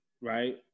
Right